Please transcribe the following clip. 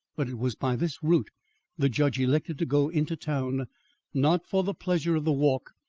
but it was by this route the judge elected to go into town not for the pleasure of the walk,